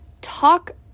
talk